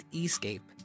escape